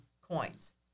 coins